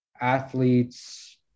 athletes